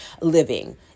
living